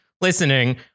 listening